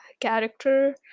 character